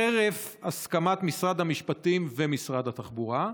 חרף הסכמת משרד המשפטים ומשרד התחבורה?